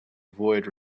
avoid